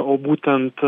o būtent